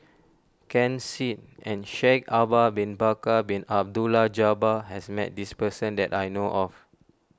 Ken Seet and Shaikh Ahmad Bin Bakar Bin Abdullah Jabbar has met this person that I know of